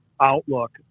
outlook